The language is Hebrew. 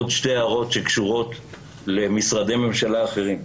עוד שתי הערות שקשורות למשרדי ממשלה אחרים.